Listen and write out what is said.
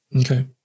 Okay